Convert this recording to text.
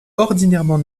ordinairement